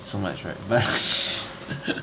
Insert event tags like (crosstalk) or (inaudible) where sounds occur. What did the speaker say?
so much right but she (laughs)